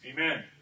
Amen